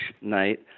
night